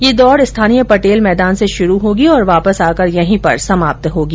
ये दौड़ स्थानीय पटेल मैदान से शुरू होगी और वापस आकर यहीं पर समाप्त होगी